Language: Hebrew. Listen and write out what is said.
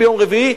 ביום רביעי,